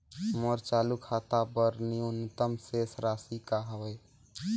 मोर चालू खाता बर न्यूनतम शेष राशि का हवे?